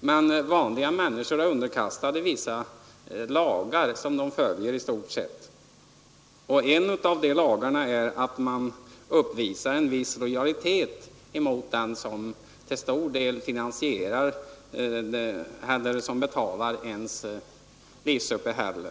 men vanliga människor är underkastade vissa lagar som de följer i stort sett. En av de lagarna är att man visar en viss lojalitet mot en som till stor del betalar ens livsuppehälle.